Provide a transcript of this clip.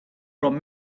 from